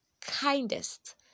kindest